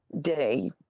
day